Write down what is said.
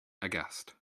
aghast